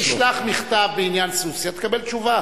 תשלח מכתב בעניין סוסיא, תקבל תשובה.